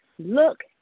Look